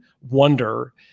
wonder